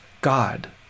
God